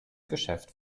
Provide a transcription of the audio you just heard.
geschäft